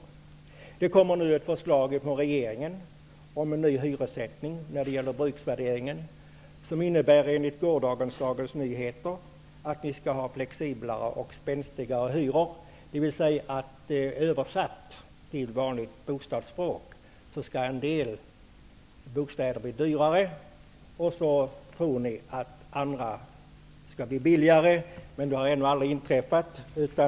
Regeringen föreslår nu en ny hyressättning när det gäller bruksvärderingen, som enligt gårdagens Dagens Nyheter innebär flexiblare och spänstigare hyror, dvs. översatt till vanligt hyresspråk skall en del bostäder bli dyrare. Därmed tror ni att andra bostäder skall bli billigare. Men detta har ännu aldrig inträffat.